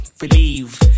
believe